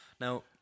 Now